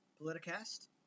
Politicast